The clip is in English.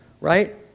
Right